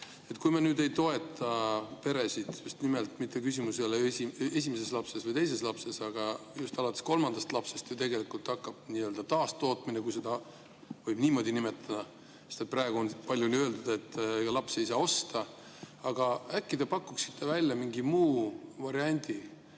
Kui me nüüd ei toeta peresid – just nimelt küsimus ei ole mitte esimeses lapses või teises lapses, aga just alates kolmandast lapsest ju tegelikult hakkab taastootmine, kui seda võib niimoodi nimetada, sest praegu on palju öeldud, et lapsi ei saa osta –, siis äkki te pakuksite välja mingi muu variandi,